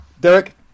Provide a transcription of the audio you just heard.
Derek